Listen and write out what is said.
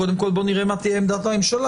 קודם כול בואו נראה מה תהיה עמדת הממשלה.